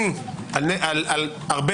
נגיע עליה